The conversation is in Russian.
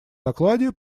докладе